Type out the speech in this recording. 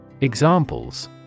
Examples